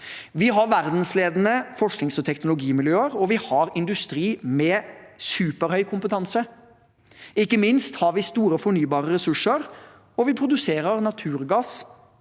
Vi har verdensledende forsknings- og teknologimiljøer, og vi har industri med superhøy kompetanse. Ikke minst har vi store fornybare ressurser, og vi produserer naturgass